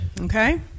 Okay